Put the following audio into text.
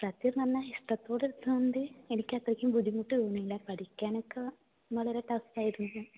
സത്യം പറഞ്ഞാൽ ഇഷ്ടത്തോടെ എടുത്തോണ്ട് എനിക്കത്രക്കും ബുദ്ധിമുട്ട് തോന്നിയില്ല പഠിക്കാനൊക്ക വളരെ ടഫായിരുന്നു